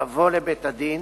לבוא לבית-הדין,